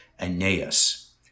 Aeneas